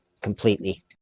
completely